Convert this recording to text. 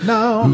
Now